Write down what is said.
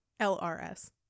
LRS